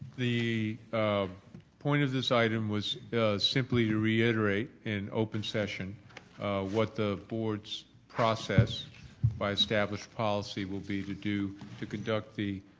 the point of this item was simply to reiterate in open session what the board's process by established policy will be to do to conduct the